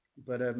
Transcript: but,